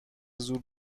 زور